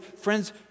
friends